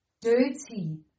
dirty